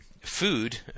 food